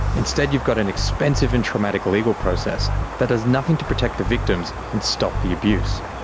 instead, you've got an expensive and traumatic legal process that does nothing to protect the victims and stop the abuse.